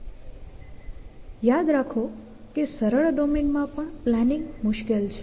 તેથી યાદ રાખો કે સરળ ડોમેનમાં પણ પ્લાનિંગ મુશ્કેલ છે